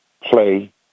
play